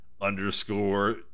underscore